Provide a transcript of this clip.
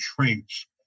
traits